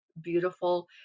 beautiful